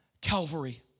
Calvary